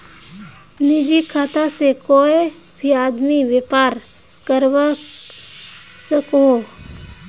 निजी खाता से कोए भी आदमी व्यापार करवा सकोहो